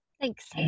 Thanks